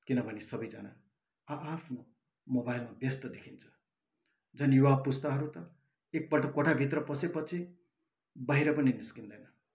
किनभने सबैजना आ आफ्नु मोबाइलमा व्यस्त देखिन्छ झन् युवा पुस्ताहरू त एकपल्ट कोठा भित्र पसेपछि बाहिर पनि निस्कँदैन